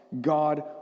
God